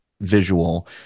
visual